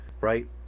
right